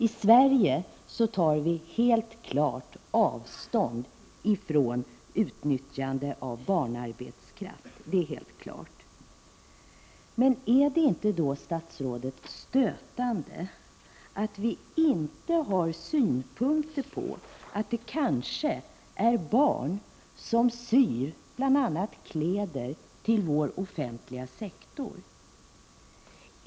I Sverige tar vi helt klart avstånd från utnyttjande av barnarbetskraft. Men är det inte då stötande att vi inte har synpunkter på att det kanske är barn som syr bl.a. kläder till vår offentliga sektor?